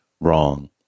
Wrong